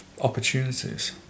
opportunities